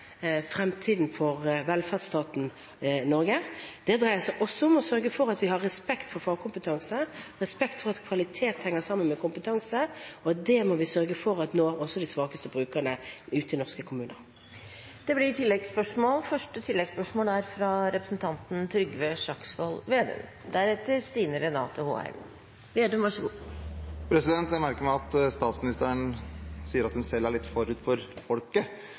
fremtiden for velferdsstaten Norge. Det dreier seg også om å sørge for at vi har respekt for fagkompetanse, og respekt for at kvalitet henger sammen med kompetanse. Det må vi sørge for at når også de svakeste brukerne ute i norske kommuner. Det blir oppfølgingsspørsmål – først Trygve Slagsvold Vedum. Jeg merker meg at statsministeren sier at hun selv er litt forut for folket,